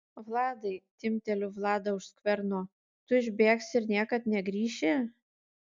vladai timpteliu vladą už skverno tu išbėgsi ir niekad negrįši